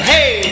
Hey